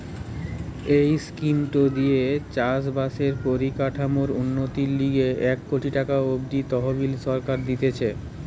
এই স্কিমটো দিয়ে চাষ বাসের পরিকাঠামোর উন্নতির লিগে এক কোটি টাকা অব্দি তহবিল সরকার দিতেছে